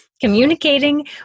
communicating